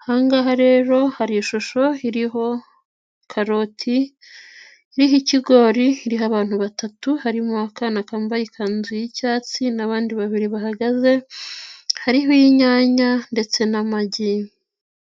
Aha ngaha rero hari ishusho iriho karoti n'ikigori, hari abantu batatu harimo akana kambaye ikanzu y'icyatsi n'abandi babiri bahagaze, hariho inyanya ndetse n'amagi.